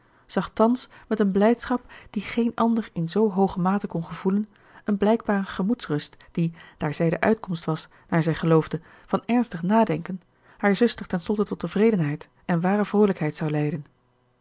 zag thans met een blijdschap die geen ander in zoo hooge mate kon gevoelen een blijkbare gemoedsrust die daar zij de uitkomst was naar zij geloofde van ernstig nadenken haar zuster ten slotte tot tevredenheid en ware vroolijkheid zou leiden